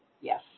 yes